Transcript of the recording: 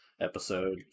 episode